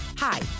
Hi